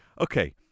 Okay